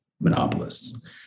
monopolists